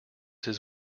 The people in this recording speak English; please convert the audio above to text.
his